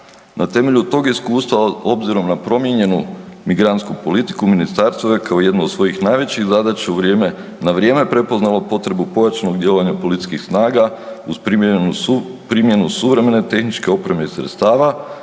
Na temelju tog iskustva obzirom na promijenjenu migrantsku politiku ministarstvo je kao jednu od svojih najvećih zadaća u vrijeme, na vrijeme prepoznalo potrebu pojačanog djelovanja policijskih snaga uz primjenu suvremene tehničke opreme i sredstava